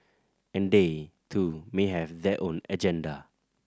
and they too may have their own agenda